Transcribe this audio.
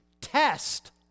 test